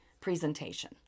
presentation